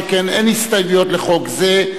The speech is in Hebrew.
שכן אין הסתייגויות לחוק זה.